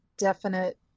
definite